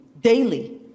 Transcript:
daily